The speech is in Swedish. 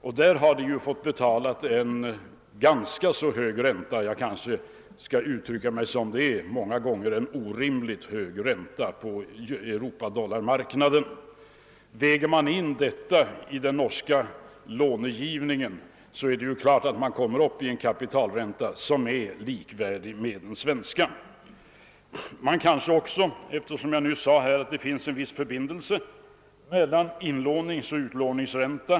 Man har där fått betala en ganska hög ränta — jag kanske bör uttrycka mig som det är: en orimligt hög ränta — på europadollarmarknaden. Väger vi in detta, finner vi att den norska kapitalräntan är likvärdig med den svenska. Jag sade att det finns en viss förbindelse mellan inlåningsoch utlåningsränta.